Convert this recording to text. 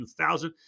2000